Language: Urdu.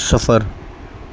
سفر